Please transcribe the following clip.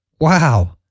Wow